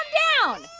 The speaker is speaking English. down